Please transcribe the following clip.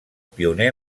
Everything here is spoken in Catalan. pioner